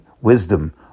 wisdom